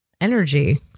energy